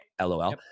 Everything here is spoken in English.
LOL